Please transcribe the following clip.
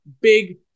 big